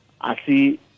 asi